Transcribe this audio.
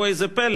וראו זה פלא,